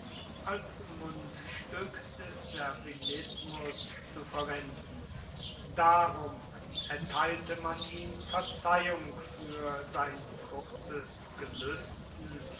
als mundstück des servilismus zu verwenden darum erteilte man ihm verzeihung für sein kurzes gelüsten